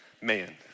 man